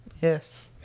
Yes